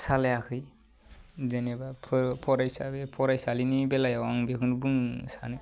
सालायाखै जेनेबा फरायसा फरायसालिनि बेलायाव आं बेखौनो बुंनो सानो